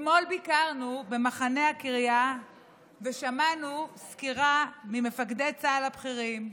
אתמול ביקרנו במחנה הקריה ושמענו סקירה ממפקדי צה"ל הבכירים,